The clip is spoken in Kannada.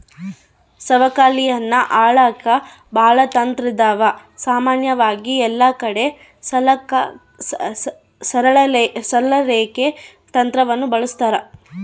ಸವಕಳಿಯನ್ನ ಅಳೆಕ ಬಾಳ ತಂತ್ರಾದವ, ಸಾಮಾನ್ಯವಾಗಿ ಎಲ್ಲಕಡಿಗೆ ಸರಳ ರೇಖೆ ತಂತ್ರವನ್ನ ಬಳಸ್ತಾರ